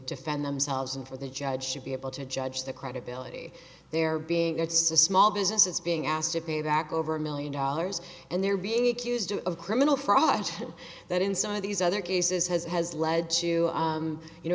defend themselves and for the judge should be able to judge the credibility they're being it's a small business it's being asked to pay back over a million dollars and they're being accused of criminal fraud that in some of these other cases has has led to you know